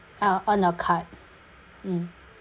I will earn a cut mm